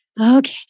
Okay